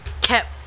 kept